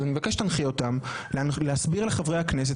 אז אני מבקש שתנחי אותם להסביר לחברי הכנסת